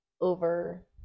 over